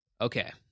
Okay